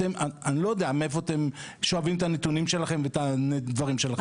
אני לא יודע מאיפה אתם שואבים את הנתונים שלכם ואת הדברים שלכם,